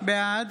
בעד